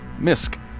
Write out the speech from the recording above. Misk